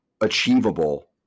achievable